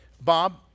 Bob